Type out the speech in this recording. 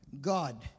God